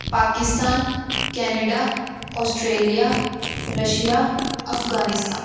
Pakistan Canada Australia Russia Afghanistan